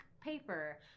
paper